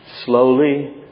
slowly